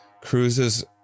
cruises